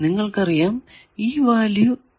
നിങ്ങൾക്കറിയാം ഈ വാല്യൂ ഇവിടെ ആണ്